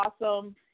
awesome